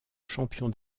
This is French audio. champion